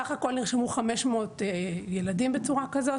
סך הכל נרשמו 500 ילדים בצורה כזאת,